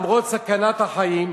למרות סכנת החיים